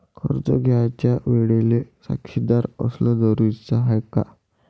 कर्ज घ्यायच्या वेळेले साक्षीदार असनं जरुरीच हाय का?